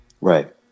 Right